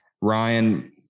Ryan